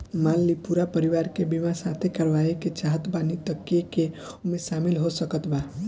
मान ली पूरा परिवार के बीमाँ साथे करवाए के चाहत बानी त के के ओमे शामिल हो सकत बा?